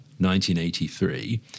1983